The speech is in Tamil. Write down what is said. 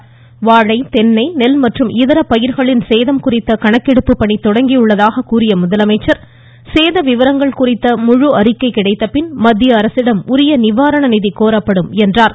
இதற்காக வாழை தென்னை நெல் மற்றும் இதர பயிர்களின் சேதம் குறித்த கணக்கெடுப்பு பணி தொடங்கியுள்ளதாக கூறிய முதலமைச்சர் சேத விவரங்கள் குறித்த முழு அறிக்கை கிடைத்தபின் மத்தியஅரசிடம் உரிய நிவாரண நிதி கோரப்படும் என்றார்